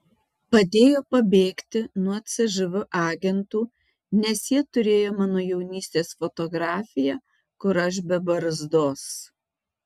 padėjo pabėgti nuo cžv agentų nes jie turėjo mano jaunystės fotografiją kur aš be barzdos